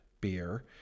beer